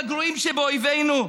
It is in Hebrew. לגרועים שבאויבינו.